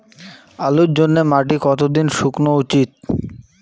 আলুর জন্যে মাটি কতো দিন শুকনো উচিৎ?